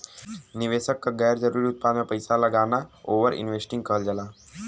निवेशक क गैर जरुरी उत्पाद में पैसा लगाना ओवर इन्वेस्टिंग कहल जाला